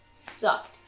Sucked